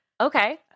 Okay